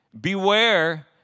Beware